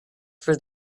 for